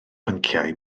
pynciau